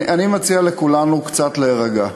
אני מציע לכולנו קצת להירגע.